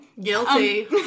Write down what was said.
Guilty